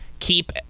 keep